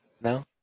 No